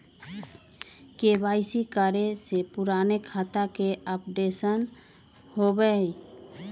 KYC करें से पुराने खाता के अपडेशन होवेई?